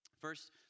First